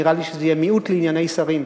נראה לי שזה יהיה מיעוט לענייני שרים,